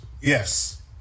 yes